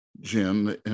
Jim